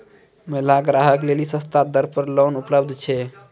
महिला ग्राहक लेली सस्ता दर पर लोन उपलब्ध छै?